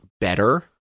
better